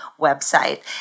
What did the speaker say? website